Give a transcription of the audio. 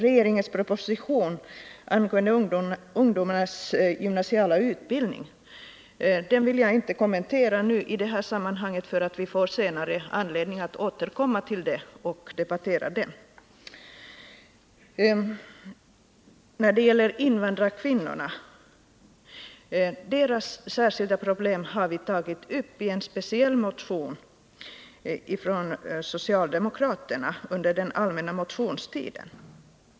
Regeringens proposition angående ungdomarnas gymnasiala utbildning vill jag inte kommentera i detta sammanhang. Vi får senare anledning att debattera den. Invandrarkvinnornas speciella problem har vi socialdemokrater tagit upp i en särskild motion under den allmänna motionstiden.